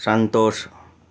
Santosh